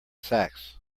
sax